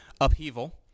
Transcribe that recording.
upheaval